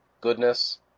goodness